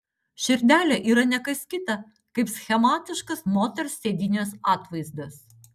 širdelė yra ne kas kita kaip schematiškas moters sėdynės atvaizdas